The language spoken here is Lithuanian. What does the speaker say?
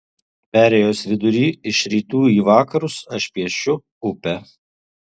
perėjos vidurį iš rytų į vakarus aš piešiu upę